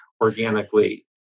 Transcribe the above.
organically